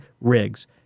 rigs